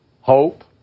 Hope